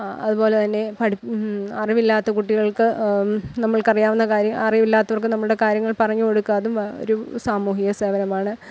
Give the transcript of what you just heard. അത് പോലെ തന്നെ പഠിപ്പും അറിവില്ലാത്ത കുട്ടികൾക്ക് നമ്മൾക്ക് അറിയാവുന്ന കാര്യം അറിവില്ലാത്തവർക്ക് നമ്മുടെ കാര്യങ്ങൾ പറഞ്ഞു കൊടുക്കുക അതും ഒരു സാമൂഹിക സേവനമാണ്